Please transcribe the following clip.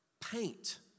paint